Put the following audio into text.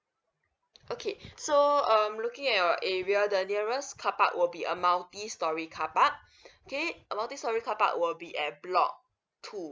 okay so um looking at your area the nearest car park will be a multi storey car park okay multi storey car park will be at block two